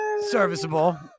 Serviceable